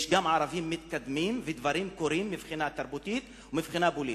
יש גם ערבים מתקדמים ודברים קורים מבחינה תרבותית ומבחינה פוליטית.